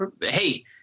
hey